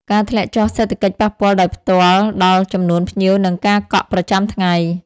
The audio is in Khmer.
ការធ្លាក់ចុះសេដ្ឋកិច្ចប៉ះពាល់ដោយផ្ទាល់ដល់ចំនួនភ្ញៀវ និងការកក់ប្រចាំថ្ងៃ។